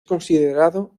considerado